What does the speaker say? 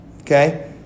Okay